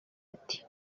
ati